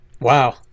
Wow